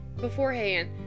beforehand